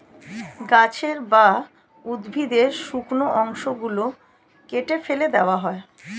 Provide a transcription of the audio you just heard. গাছের বা উদ্ভিদের শুকনো অংশ গুলো কেটে ফেটে দেওয়া হয়